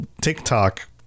TikTok